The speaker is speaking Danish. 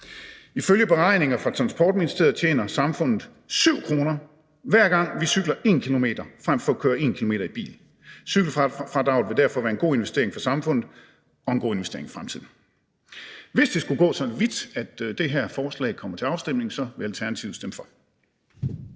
Ifølge beregninger fra Transportministeriet tjener samfundet 7 kr., hver gang vi cykler 1 km frem for at køre 1 km i bil. Cykelfradraget vil derfor være en god investering for samfundet og en god investering i fremtiden. Hvis det skulle gå så vidt, at det her forslag kommer til afstemning, så vil Alternativet stemme for.